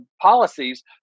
policies